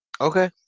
Okay